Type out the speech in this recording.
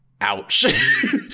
ouch